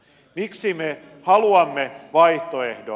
miksi me haluamme vaihtoehdon